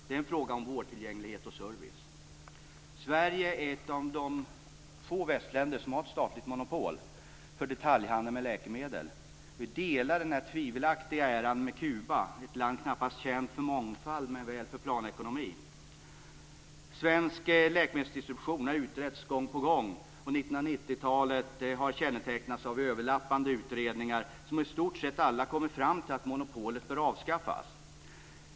Det är en fråga om vårdtillgänglighet och service. Sverige är ett av de få västländer som har ett statligt monopol för detaljhandel med läkemedel. Vi delar denna tvivelaktiga ära med Kuba, ett land knappast känt för mångfald men väl för planekonomi. Svensk läkemedelsdistribution har utretts gång på gång. 1990-talet har kännetecknats av överlappande utredningar, som i stort sett alla kommit fram till att monopolet bör avskaffas.